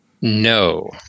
No